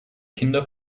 kinder